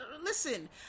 listen